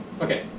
Okay